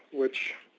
which